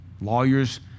Lawyers